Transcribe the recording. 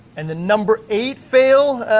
and the number eight fail,